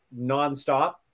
nonstop